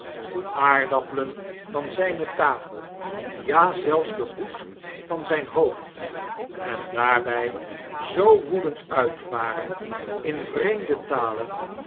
aardappelen van zyne tafel ja zelfs den hoed van zijn hoofd en daarbij zoo woedend uitvaren in vreemde talen